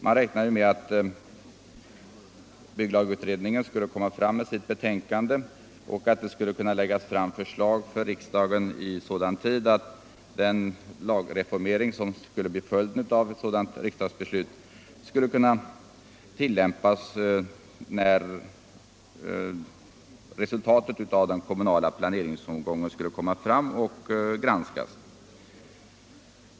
Man räknade med att bygglagutredningen skulle få fram sitt betänkande och att förslag skulle kunna läggas fram för riksdagen i sådan tid att den lagreformering som skulle bli följden av ett sådant riksdagsbeslut skulle kunna tillämpas när resultatet av den fysiska riksplaneringen lades fram och granskades.